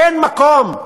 אין מקום,